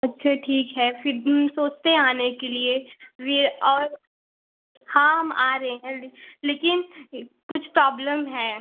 अच्छा ठीक है फिर सोचते हैं आने के लिए वी और हाँ हम आ रहे हैं लेकिन कुछ प्रॉब्लम है